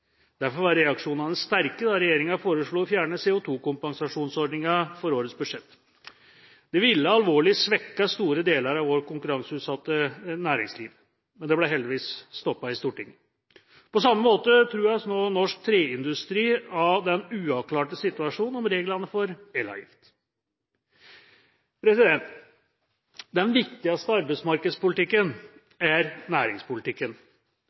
Derfor var reaksjonene sterke da regjeringa foreslo å fjerne CO2-kompensasjonsordningen i årets budsjett. Det ville alvorlig svekket store deler av vårt konkurranseutsatte næringsliv, men det ble heldigvis stoppet i Stortinget. På samme måte trues nå norsk treindustri av den uavklarte situasjonen om reglene for elavgift. Den viktigste arbeidspolitikken er næringspolitikken.